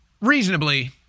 reasonably